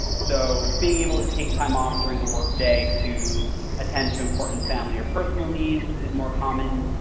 so, being able to take time off during the workday to attend to important family and personal needs is more common,